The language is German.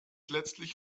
letztlich